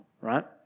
right